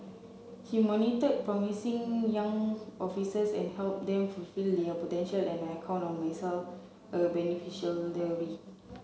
he monitored promising young officers and help them fulfil potential and I count myself a beneficial